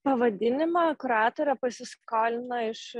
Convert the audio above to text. pavadinimą kuratorė pasiskolino iš